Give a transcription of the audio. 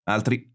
Altri